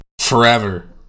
forever